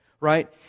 Right